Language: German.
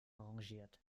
arrangiert